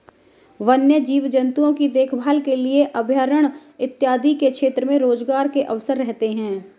वन्य जीव जंतुओं की देखभाल के लिए अभयारण्य इत्यादि के क्षेत्र में रोजगार के अवसर रहते हैं